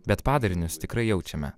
bet padarinius tikrai jaučiame